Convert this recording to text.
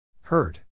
Hurt